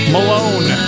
Malone